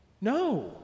No